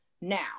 Now